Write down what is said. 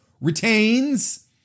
retains